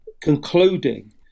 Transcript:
concluding